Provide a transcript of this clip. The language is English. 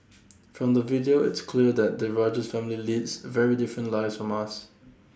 from the video it's clear that the Rogers family leads very different lives from us